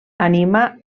anima